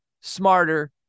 smarter